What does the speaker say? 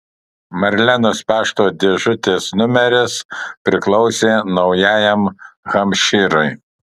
marlenos pašto dėžutės numeris priklausė naujajam hampšyrui